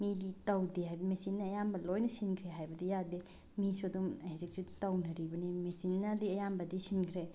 ꯃꯤꯒꯤ ꯇꯧꯗꯦ ꯍꯥꯏꯕ ꯃꯦꯆꯤꯟꯅ ꯑꯌꯥꯝꯕ ꯂꯣꯏꯅ ꯁꯤꯟꯈ꯭ꯔꯦ ꯍꯥꯏꯕꯗꯤ ꯌꯥꯗꯦ ꯃꯤꯁꯨ ꯑꯗꯨꯝ ꯍꯧꯖꯤꯛꯁꯨ ꯇꯧꯅꯔꯤꯕꯅꯤꯅ ꯃꯦꯆꯤꯟꯅꯗꯤ ꯑꯌꯥꯝꯕꯗꯤ ꯁꯤꯟꯈ꯭ꯔꯦ